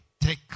Take